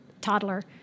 toddler